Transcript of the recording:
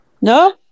No